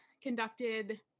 conducted